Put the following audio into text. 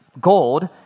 gold